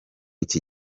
iki